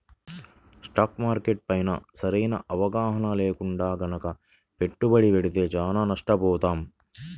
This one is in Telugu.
స్టాక్ మార్కెట్ పైన సరైన అవగాహన లేకుండా గనక పెట్టుబడి పెడితే చానా నష్టపోతాం